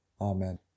Amen